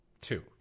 two